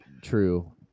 True